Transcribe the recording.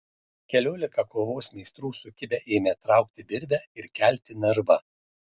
keliolika kovos meistrų sukibę ėmė traukti virvę ir kelti narvą